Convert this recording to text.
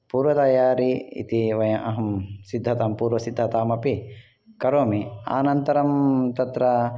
पूर्वतयारि इति वयम् अहं सिद्धतां पूर्वसिद्धतामपि करोमि अनन्तरं तत्र